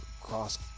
cross